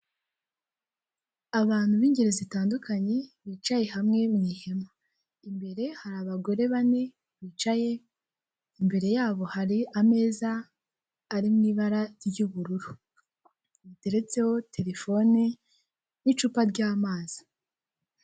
Abantu b'ingeri zitandukanye, bicaye hamwe mu ihema. Imbere hari abagore bane bicaye, imbere y'abo hari ameza ari mu ibara ry'ubururu, riteretseho telefone n'icupa ry'amazi.